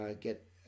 get